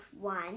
one